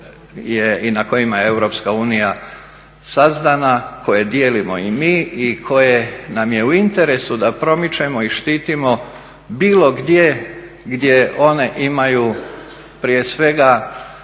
i na kojima je EU sazdana, koje dijelimo i mi i koje nam je u interesu da promičemo i štitimo, bilo gdje gdje one imaju prije svega